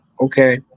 okay